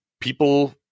people